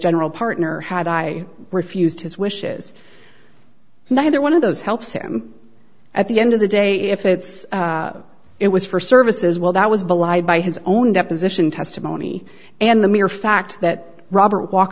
general partner had i refused his wishes neither one of those helps him at the end of the day if it's it was for service as well that was belied by his own deposition testimony and the mere fact that robert walk